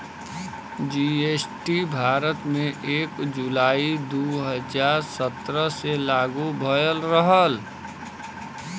GST Bharat में एक जुलाई दू हजार सत्रह से लागू भयल रहल